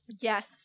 Yes